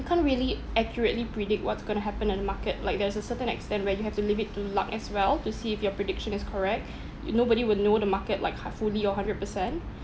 you can't really accurately predict what's going to happen in the market like there is a certain extent where you have to leave it to luck as well to see if your prediction is correct you nobody will know the market like heartfully or hundred percent